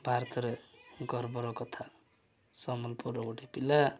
ଭାରତରେ ଗର୍ବର କଥା ସମ୍ବଲପୁର ଗୋଟେ ପିଲା